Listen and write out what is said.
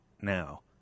now